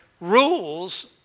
rules